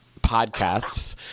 podcasts